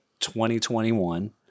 2021